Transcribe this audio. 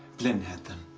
blynn had them?